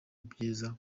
byiza